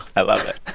i love it